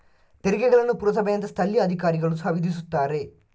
ತೆರಿಗೆಗಳನ್ನು ಪುರಸಭೆಯಂತಹ ಸ್ಥಳೀಯ ಅಧಿಕಾರಿಗಳು ಸಹ ವಿಧಿಸುತ್ತಾರೆ